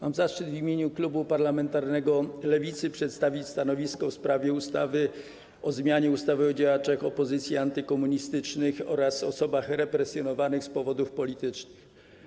Mam zaszczyt w imieniu klubu parlamentarnego Lewicy przedstawić stanowisko w sprawie ustawy o zmianie ustawy o działaczach opozycji antykomunistycznej oraz osobach represjonowanych z powodów politycznych.